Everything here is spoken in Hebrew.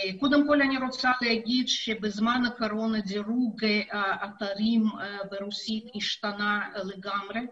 קודם כל אני רוצה להגיד שבזמן הקורונה דירוג האתרים ברוסית השתנה לגמרי,